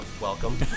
Welcome